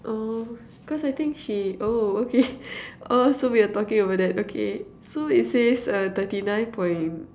oh cause I think she oh okay oh so we are talking about that okay so it says uh thirty nine point